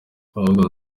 ahubwo